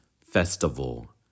festival